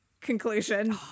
conclusion